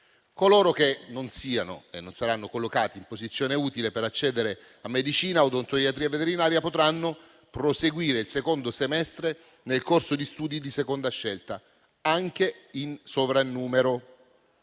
Coloro che non si saranno collocati in posizione utile per accedere a medicina, odontoiatria e veterinaria potranno proseguire il secondo semestre nel corso di studi di seconda scelta, anche in sovrannumero.